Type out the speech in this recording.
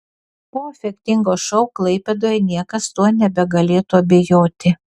po efektingo šou klaipėdoje niekas tuo nebegalėtų abejoti